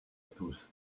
tous